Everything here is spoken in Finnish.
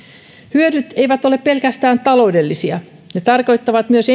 hyödyt eivät ole pelkästään taloudellisia ne tarkoittavat myös